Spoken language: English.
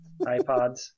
iPods